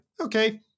okay